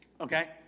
okay